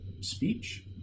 speech